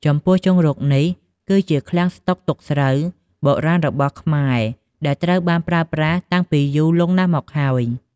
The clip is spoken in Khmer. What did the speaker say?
ចំពោះជង្រុក នេះគឺជាឃ្លាំងស្តុកទុកស្រូវបុរាណរបស់ខ្មែរ ដែលត្រូវបានប្រើប្រាស់តាំងពីយូរលង់ណាស់មកហើយ។